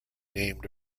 named